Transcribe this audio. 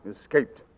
Escaped